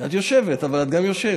את יושבת, אבל את גם יושב.